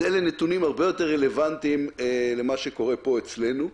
אז אלה נתונים הרבה יותר רלבנטיים למה שקורה פה אצלנו.